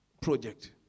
project